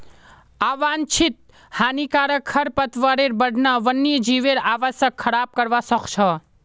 आवांछित हानिकारक खरपतवारेर बढ़ना वन्यजीवेर आवासक खराब करवा सख छ